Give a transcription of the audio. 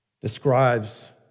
describes